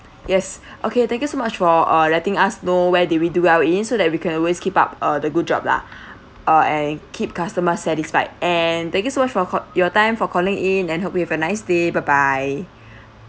yes okay thank you so much for uh letting us know where did we do well in so that we can always keep up uh the good job lah uh and keep customers satisfied and thank you so much for your time for calling in and hope you have a nice day bye bye